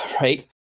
Right